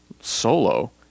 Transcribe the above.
solo